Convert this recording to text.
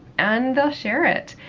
and they'll share it.